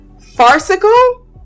farcical